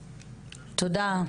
תודה.